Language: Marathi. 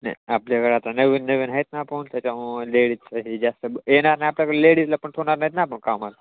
नाही आपल्याकडं आता नवीन नवीन आहेत ना पण त्याच्यामुळं लेडीजच ह जास्त येणार ना आपल्याकडे लेडीजला पण ठेवणार नाहीत ना आपण कामावर